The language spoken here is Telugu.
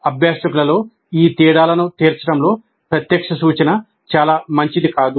అభ్యాసకులలో ఈ తేడాలను తీర్చడంలో ప్రత్యక్ష సూచన చాలా మంచిది కాదు